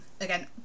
Again